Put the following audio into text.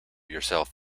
yourself